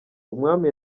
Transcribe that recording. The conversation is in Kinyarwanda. umwami